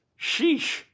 Sheesh